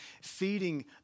feeding